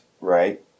right